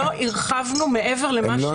אנחנו לא הרחבנו מעבר למה שהתבקשנו.